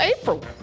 April